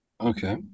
Okay